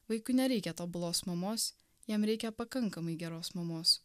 vaikui nereikia tobulos mamos jam reikia pakankamai geros mamos